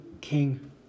king